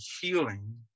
healing